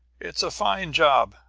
it's a fine job,